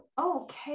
okay